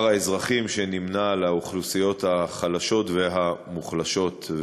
האזרחים שנמנים עם האוכלוסיות החלשות והמוחלשות.